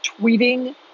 tweeting